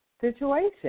situation